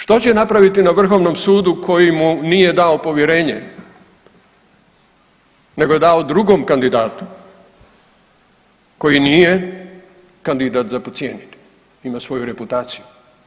Što će napraviti na Vrhovnom sudu koji mu nije dao povjerenje nego je dao drugom kandidatu koji nije kandidat za podcijenit, ima svoju reputaciju?